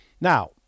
Now